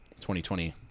2020